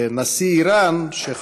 שנשיא איראן,